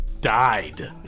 died